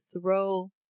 throw